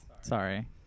Sorry